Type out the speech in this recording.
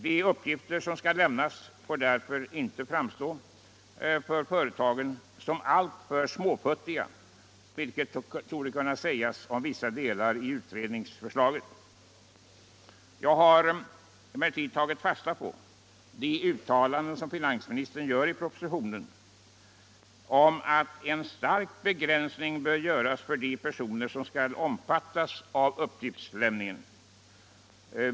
De uppgifter som skall lämnas får därför inte för företagen framstå som alltför småfuttiga, vilket torde kunna sägas om vissa delar av utredningsförslaget. Jag har tagit fasta på de uttalanden som finansministern gör i propositionen om att en stark begränsning bör göras av de personer som skall omfattas av uppgiftslämningen.